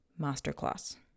masterclass